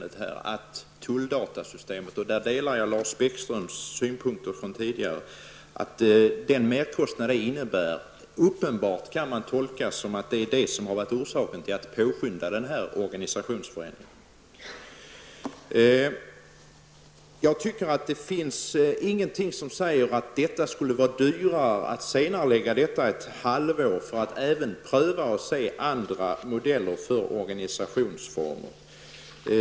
Det är bestickande att det, som det redovisas av majoriteten i utskottsbetänkandet, kan tolkas som att den merkostnad som tulldatasystemet innebär har varit orsaken till att man påskyndar en organisationsförändring. Där delar jag Lars Bäckströms synpunkter. Det finns ingenting som säger att det skulle bli dyrare att senarelägga denna förändring ett halvår för att pröva andra modeller för organisationen.